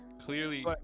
clearly